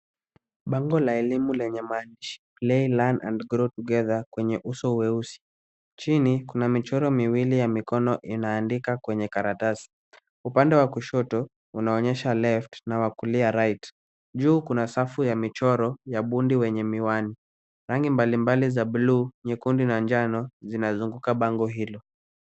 Pango la elimu lenye mandishi PLAY LEARN & GROW TOGETHER kwenye uso weusi chini kuna michoro miwili ya mikono inaandika kwenye karatasi upande wa kushoto unaonyesha left na upande wa kulia right juu kuna safu ya michoro ya fundi wenye miwani, rangi mbalimbali ya bulu nyekundu na nchano zinazunguka pango hilo.